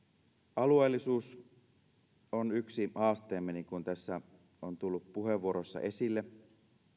alueellisuus on yksi haasteemme niin kuin tässä on tullut puheenvuoroissa esille